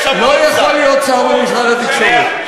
לא יכול להיות שר במשרד התקשורת.